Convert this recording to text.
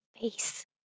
face